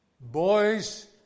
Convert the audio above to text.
boys